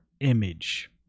image